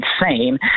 insane